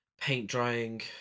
paint-drying